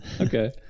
Okay